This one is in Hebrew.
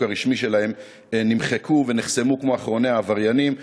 הרשמי שלהם נמחקו ונחסמו כמו אחרוני העבריינים.